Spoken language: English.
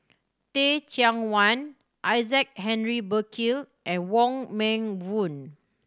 Teh Cheang Wan Isaac Henry Burkill and Wong Meng Voon